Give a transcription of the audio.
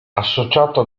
associato